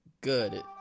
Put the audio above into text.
Good